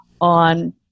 on